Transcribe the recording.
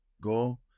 go